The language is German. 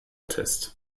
test